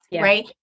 Right